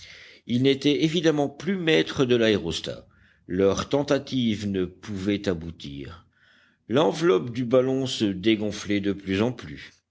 ils n'étaient évidemment plus maîtres de l'aérostat leurs tentatives ne pouvaient aboutir l'enveloppe du ballon se dégonflait de plus en plus